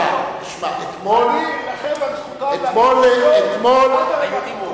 אני אלחם על זכותם להגיד שטויות, עד הרגע האחרון.